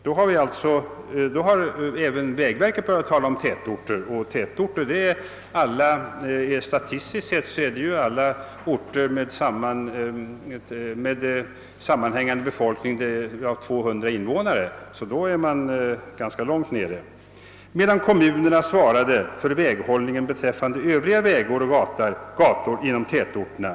Här har alltså även vägverket börjat tala om tätorter, och tätorter är ju statistiskt sett alla orter med en sammanhängande bebyggelse och minst 200 invånare. Då är man alltså ganska långt nere. Kommunerna skulle enligt förslaget svara för väghållningen beträffande övriga vägar och gator inom tätorterna.